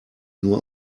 nur